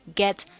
get